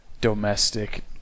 domestic